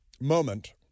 moment